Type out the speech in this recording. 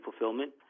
fulfillment